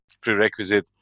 prerequisite